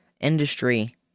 industry